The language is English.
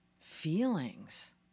feelings